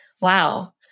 Wow